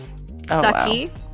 Sucky